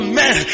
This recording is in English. man